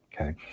Okay